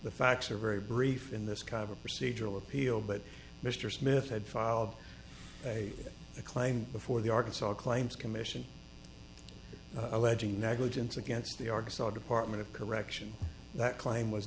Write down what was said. the facts are very brief in this kind of a procedural appeal but mr smith had filed a claim before the arkansas claims commission alleging negligence against the arkansas department of correction that claim was